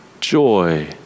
joy